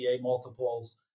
multiples